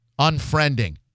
unfriending